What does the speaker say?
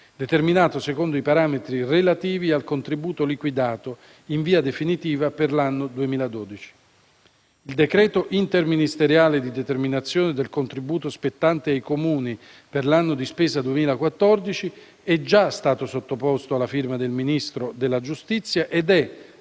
determinato secondo i parametri relativi al contributo liquidato, in via definitiva, per l'anno 2012. Il decreto interministeriale di determinazione del contributo spettante ai Comuni per l'anno di spesa 2014 è già stato sottoposto alla firma del Ministro della giustizia ed è